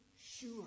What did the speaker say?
sure